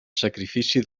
sacrifici